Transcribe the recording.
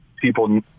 people